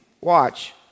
Watch